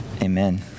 amen